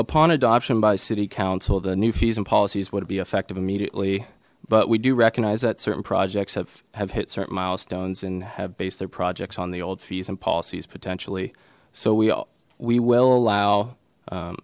upon adoption by city council the new fees and policies would it be effective immediately but we do recognize that certain projects have have hit certain milestones and have based their projects on the old fees and policies potentially so we all we will allow